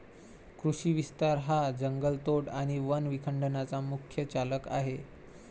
कृषी विस्तार हा जंगलतोड आणि वन विखंडनाचा मुख्य चालक आहे